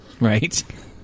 Right